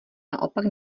naopak